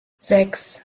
sechs